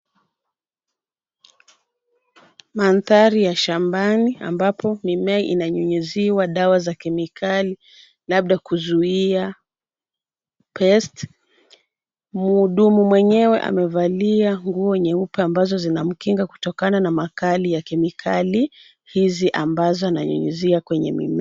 Mandhari ya shambani ambapo mimea inanyunyiziwa dawa za kemikali labda kuzuia pests . Mhudumu mwenyewe amevalia nguo nyeupe ambazo zinamkinga kutokana na makali ya kemikali hizi ambazo ananyunyizia kwenye mimea.